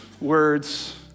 words